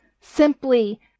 simply